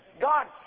God